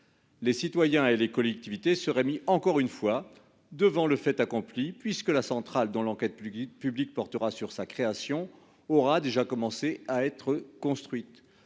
Les citoyens et les collectivités seraient mis encore une fois devant le fait accompli, puisque la centrale, dont l'enquête publique portera sur sa création, aura déjà commencé à être construite.